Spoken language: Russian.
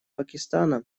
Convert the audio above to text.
пакистана